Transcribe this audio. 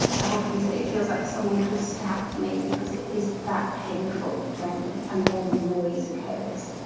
have often said it feels like someone could have stabbed me because it is that painful when a normal noise occurs.